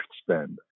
spend